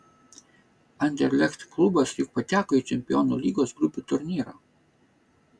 anderlecht klubas juk pateko į čempionų lygos grupių turnyrą